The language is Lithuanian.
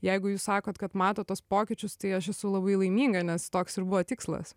jeigu jūs sakot kad matot tuos pokyčius tai aš esu labai laiminga nes toks ir buvo tikslas